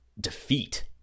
defeat